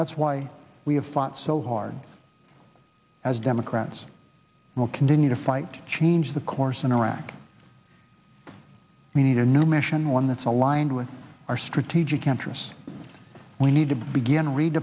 that's why we have fought so hard as democrats will continue to fight to change the course in iraq we need a new mission one that's aligned with our strategic interests we need to begin